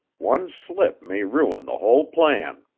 one slip may ruin the whole plan.